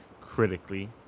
critically